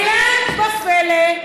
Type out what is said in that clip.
הפלא ופלא.